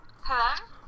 Hello